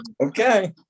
Okay